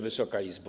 Wysoka Izbo!